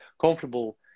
comfortable